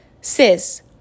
Sis